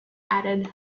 added